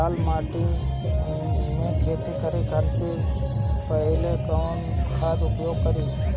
लाल माटी में खेती करे से पहिले कवन खाद के उपयोग करीं?